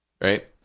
Right